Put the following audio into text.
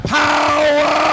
power